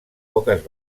poques